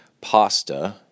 pasta